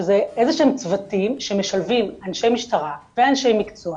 שזה איזה ששם צוותים שמשלבים אנשי משטרה ואנשי מקצוע